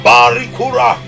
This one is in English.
Barikura